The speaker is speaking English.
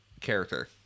character